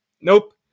Nope